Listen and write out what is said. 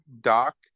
Doc